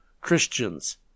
Christians